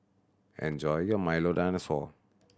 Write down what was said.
enjoy your Milo Dinosaur